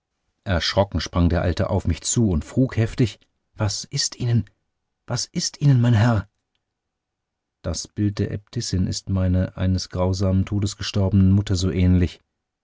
erschrocken sprang der alte auf mich zu und frug heftig was ist ihnen was ist ihnen mein herr das bild der äbtissin ist meiner eines grausamen todes gestorbenen mutter so ähnlich